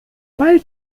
bald